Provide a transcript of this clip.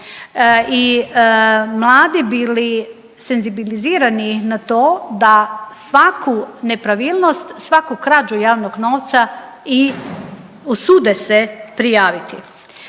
i mladi bili senzibilizirani na to da svaku nepravilnost, svaku građu javnog novca i usude se prijaviti.